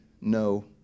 no